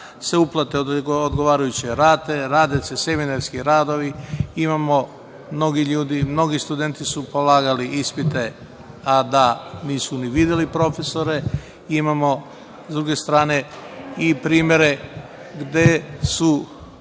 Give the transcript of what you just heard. se uplate odgovarajuće rade, radnici, seminarski radovi. Imamo da su mnogi studenti su polagali ispite, a da nisu ni videli profesore. Imamo, s druge strane, i primere gde su